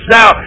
Now